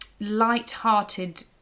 light-hearted